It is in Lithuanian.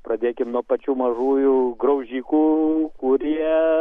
pradėkime nuo pačių mažųjų graužikų kurie